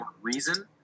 reason